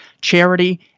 charity –